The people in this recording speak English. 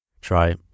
try